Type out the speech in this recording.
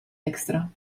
extra